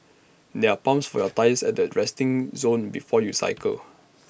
there are pumps for your tyres at the resting zone before you cycle